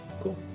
Cool